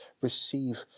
receive